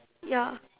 ya